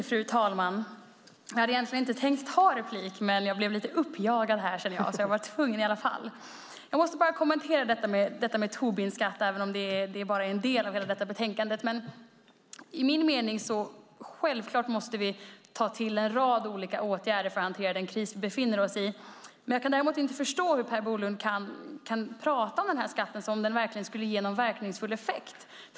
Fru talman! Jag hade egentligen inte tänkt ta replik, men jag blev lite uppjagad, kände jag, så jag tvungen i alla fall. Jag måste kommentera detta med Tobinskatt, även om det är bara en del av hela betänkandet. Enligt min mening måste vi självklart ta till en rad olika åtgärder för att hantera den kris som vi befinner oss i. Jag kan däremot inte förstå hur Per Bolund kan prata om den här skatten som om den skulle vara verkningsfull.